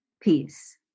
peace